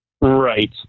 Right